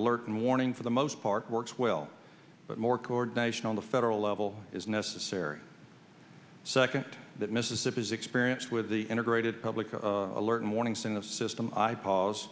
lerton warning for the most part works well but more coordination on the federal level is necessary second that mississippi has experience with the integrated public alert and warnings in the system i pause